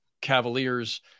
Cavaliers